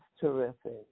terrific